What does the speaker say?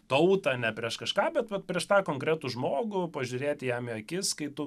tautą ne prieš kažką bet vat prieš tą konkretų žmogų pažiūrėti jam akis kai tu